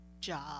Job